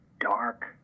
dark